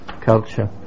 culture